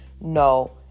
no